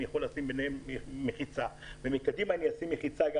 אני יכול לשים ביניהם מחיצה וקדימה אני גם אשים מחיצה,